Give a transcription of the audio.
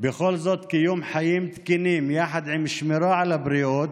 בכל זאת קיום חיים תקינים יחד עם שמירה על הבריאות,